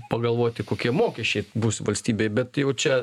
pagalvoti kokie mokesčiai bus valstybei bet jau čia